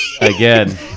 Again